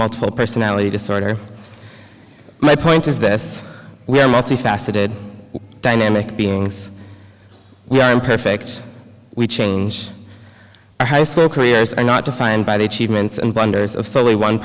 multiple personality disorder my point is this we are multi faceted dynamic beings we are imperfect we change our high school careers are not defined by the achievements and blunders of solely one